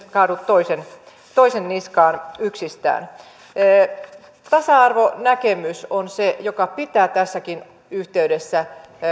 kaadu yksistään toisen niskaan tasa arvonäkemys on se joka pitää tässäkin yhteydessä